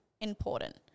important